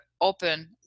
open